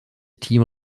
team